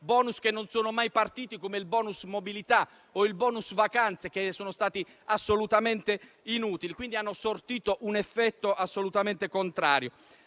che non sono mai partiti, come il *bonus* mobilità o il *bonus* vacanze, che sono stati assolutamente inutili e hanno sortito un effetto assolutamente contrario.